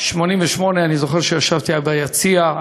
1988 אני זוכר שישבתי אז ביציע,